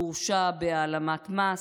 מורשע בהעלמת מס,